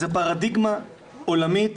זו פרדיגמה עולמית,